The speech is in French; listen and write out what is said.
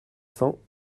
cents